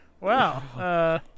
Wow